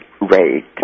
rate